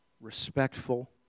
respectful